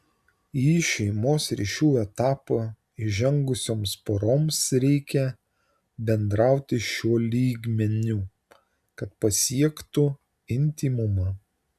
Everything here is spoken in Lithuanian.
į šeimos ryšių etapą įžengusioms poroms reikia bendrauti šiuo lygmeniu kad pasiektų intymumą